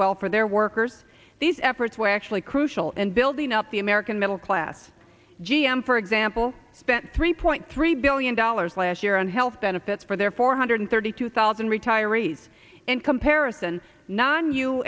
well for their workers these efforts were actually crucial and building up the american middle class g m for example spent three point three billion dollars last year on health benefits for their four hundred thirty two thousand retirees in comparison non